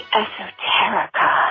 esoterica